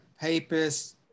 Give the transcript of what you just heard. papists